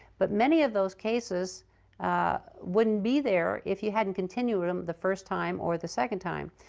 but many of those cases wouldn't be there if you hadn't continued them the first time or the second time.